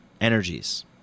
energies